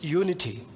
unity